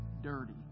dirty